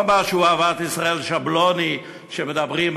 לא אהבת ישראל שבלונית שמדברים,